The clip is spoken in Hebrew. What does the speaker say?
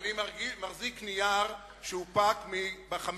אדוני היושב-ראש, אני מחזיק נייר שהונפק ב-15:15.